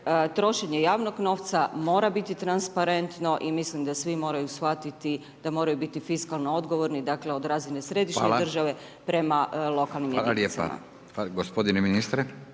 Trošenje javnog novca mora biti transparentno i mislim da svi moraju shvatiti da moraju biti fiskalno odgovorni, dakle od razine središnje države prema lokalnim jedinicama. **Radin, Furio (Nezavisni)**